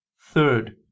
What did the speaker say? Third